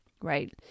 right